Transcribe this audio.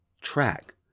Track